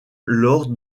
lors